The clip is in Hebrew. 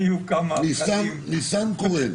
ניסנקורן,